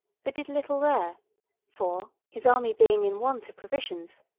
but did little there for, his army being in want of provisions,